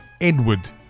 Edward